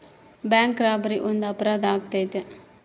bank robbery ಒಂದು ಅಪರಾಧ ಆಗೈತೆ